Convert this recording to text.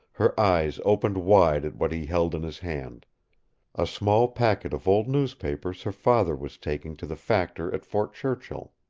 her eyes opened wide at what he held in his hand a small packet of old newspapers her father was taking to the factor at fort churchill.